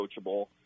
coachable